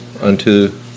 unto